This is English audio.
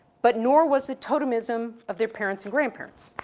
but nor was the totemism of their parents and grandparents.